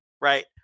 Right